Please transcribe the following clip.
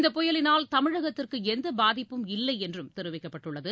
இந்த புயலினால் தமிழகத்திற்கு எந்த பாதிப்பும் இல்லை என்றும் தெரிவிக்கப்பட்டுள்ளது